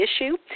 issue